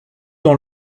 dans